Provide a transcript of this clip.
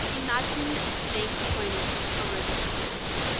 imagine the main components of a robotic system.